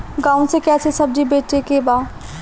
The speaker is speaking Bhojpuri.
गांव से कैसे सब्जी बेचे के बा?